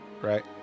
right